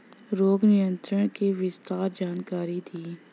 रोग नियंत्रण के विस्तार जानकारी दी?